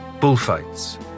Bullfights